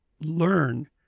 learn